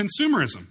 consumerism